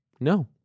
No